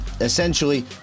Essentially